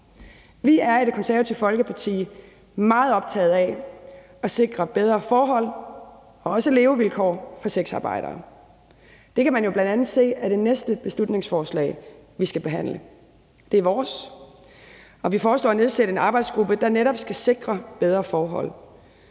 Vi er i Det Konservative Folkeparti meget optagede af at sikre bedre forhold og også levevilkår for sexarbejdere. Det kan man jo bl.a. se af det næste beslutningsforslag, vi skal behandle. Det er vores, og vi foreslår at nedsætte en arbejdsgruppe, der netop skal sikre bedre forhold.